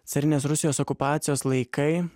carinės rusijos okupacijos laikai